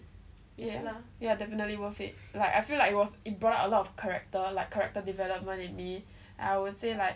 yeah yeah definitely worth it like I feel like it was it brought up a lot of character like character development in me I would say like